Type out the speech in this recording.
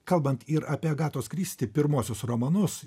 kalbant ir apie agatos kristi pirmuosius romanus